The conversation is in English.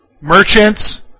merchants